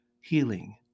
healing